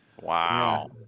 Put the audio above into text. Wow